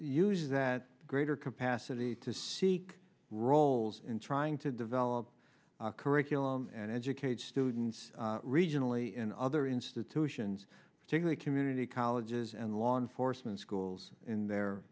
used that greater capacity to seek roles in trying to develop curriculum and educate students regionally in other institutions particularly community colleges and law enforcement schools in their